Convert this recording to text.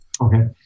Okay